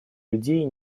людей